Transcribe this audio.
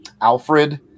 Alfred